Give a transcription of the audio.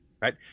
right